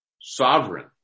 sovereign